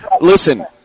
Listen